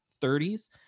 30s